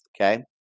Okay